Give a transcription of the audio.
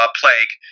plague